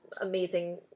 amazing